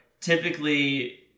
typically